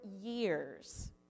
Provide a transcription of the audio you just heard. years